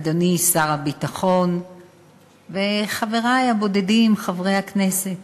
אדוני שר הביטחון וחברי הבודדים חברי הכנסת,